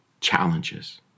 challenges